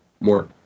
more